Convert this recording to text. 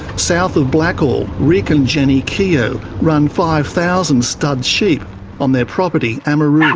south of blackall, rick and jenny keogh run five thousand stud sheep on their property amaroo. yeah